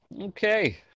Okay